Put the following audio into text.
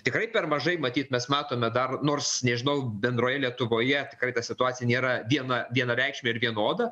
tikrai per mažai matyt mes matome dar nors nežinau bendroje lietuvoje tikrai ta situacija nėra viena vienareikšmė ir vienoda